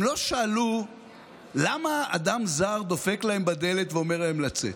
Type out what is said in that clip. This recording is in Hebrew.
הם לא שאלו למה אדם זר דופק להם בדלת ואומר להם לצאת,